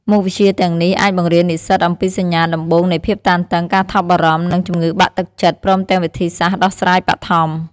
មុខវិជ្ជាទាំងនេះអាចបង្រៀននិស្សិតអំពីសញ្ញាដំបូងនៃភាពតានតឹង ការថប់បារម្ភ និងជំងឺបាក់ទឹកចិត្ត ព្រមទាំងវិធីសាស្ត្រដោះស្រាយបឋម។